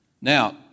Now